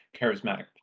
charismatic